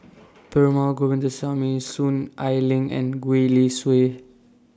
Perumal Govindaswamy Soon Ai Ling and Gwee Li Sui